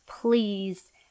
please